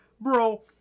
bro